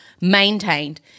maintained